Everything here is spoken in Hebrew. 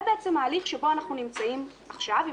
זה בעצם ההליך שבו אנחנו נמצאים עכשיו עם